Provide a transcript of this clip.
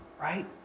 right